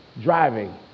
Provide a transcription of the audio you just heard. driving